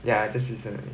ya just recent only